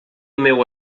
meu